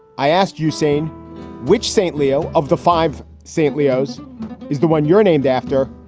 i asked you saying which saint leo of the five st. leo's is the one you're named after.